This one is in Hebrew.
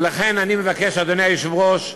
ולכן אני מבקש, אדוני היושב-ראש,